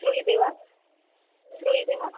श्रूयते वा श्रूयते वा